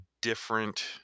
different